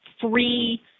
free